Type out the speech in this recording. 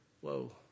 whoa